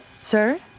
Sir